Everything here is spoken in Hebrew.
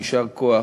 יישר כוח